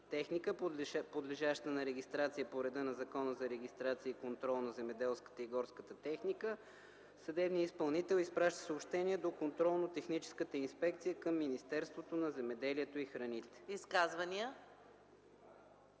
техника, подлежаща на регистрация по реда на Закона за регистрация и контрол на земеделската и горската техника, съдебният изпълнител изпраща съобщение до Контролно-техническата инспекция към Министерството на земеделието и храните.”